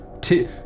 Two